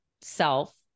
self